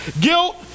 Guilt